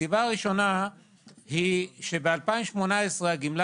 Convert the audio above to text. הסיבה הראשונה היא שב- 2018 הגמלה